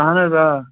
اَہَن حظ آ